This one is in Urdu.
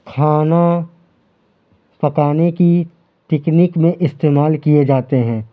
کھانا پکانے کی ٹیکنک میں استعمال کیے جاتے ہیں